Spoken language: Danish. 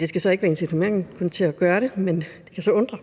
Det skal så ikke være et incitament til at gøre det, men det kan undre.